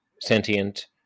sentient